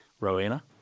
Rowena